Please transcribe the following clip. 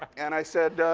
and i said,